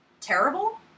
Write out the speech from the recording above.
Terrible